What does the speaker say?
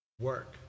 work